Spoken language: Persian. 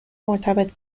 مرتبط